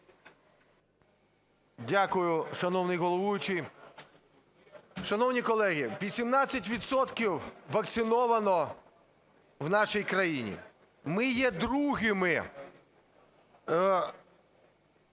Дякую, шановний головуючий. Шановні колеги, 18 відсотків вакциновано в нашій країні. Ми є другими